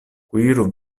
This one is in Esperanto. kuiru